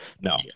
No